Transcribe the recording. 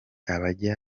abajya